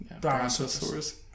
Brontosaurus